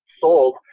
sold